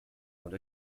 owned